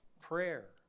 prayer